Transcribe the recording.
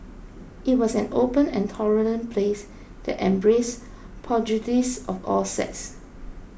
it was an open and tolerant place that embraced pugilists of all sects